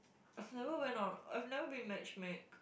I've never went on I've never been match-make